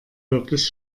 wirklich